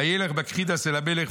וילך בקחידס אל המלך.